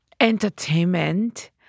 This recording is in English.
entertainment